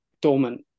dormant